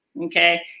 okay